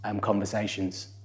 conversations